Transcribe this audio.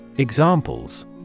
Examples